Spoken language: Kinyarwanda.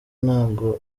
ntago